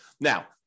Now